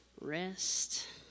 rest